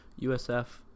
USF